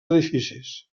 edificis